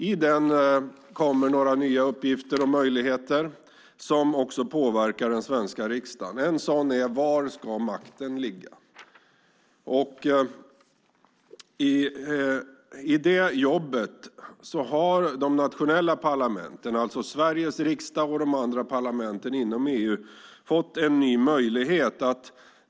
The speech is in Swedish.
I den kommer några nya uppgifter och möjligheter som också påverkar Sveriges riksdag. En sådan är var makten ska ligga. I det jobbet har de nationella parlamenten, alltså Sveriges riksdag och de andra parlamenten inom EU, fått en ny möjlighet.